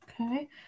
Okay